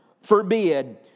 forbid